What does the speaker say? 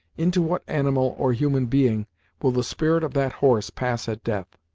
into what animal or human being will the spirit of that horse pass at death?